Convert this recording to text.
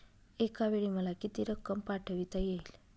एकावेळी मला किती रक्कम पाठविता येईल?